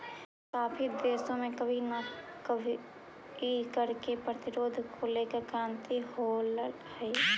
काफी देशों में कभी ना कभी कर के प्रतिरोध को लेकर क्रांति होलई हल